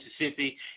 Mississippi